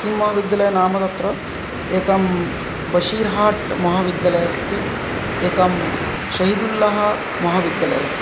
किं महाविद्यालय नाम तत्र एकं बशीर्हाट् महाविद्यालयः अस्ति एकं शैदुल्लः महविद्यालयः अस्ति